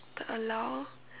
to allow